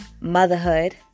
motherhood